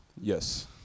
Yes